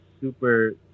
super